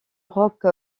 rock